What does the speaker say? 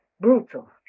brutal